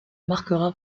marquera